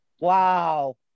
Wow